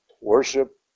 Worship